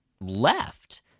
left